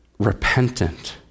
Repentant